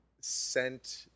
sent